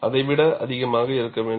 அதை விட அதிகமாக இருக்க வேண்டும்